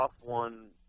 one